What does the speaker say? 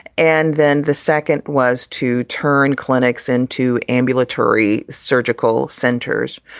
and then the second was to turn clinics into ambulatory surgical centers.